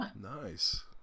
nice